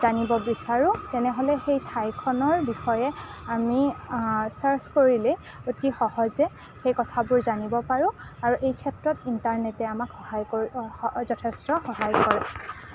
জানিব বিচাৰোঁ তেনেহ'লে সেই ঠাইখনৰ বিষয়ে আমি ছাৰ্চ কৰিলেই অতি সহজে সেই কথাবোৰ জানিব পাৰোঁ আৰু এই ক্ষেত্ৰত ইণ্টাৰনেটে আমাক সহায় কৰিব যথেষ্ট সহায় কৰে